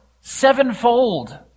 sevenfold